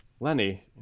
Lenny